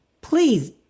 please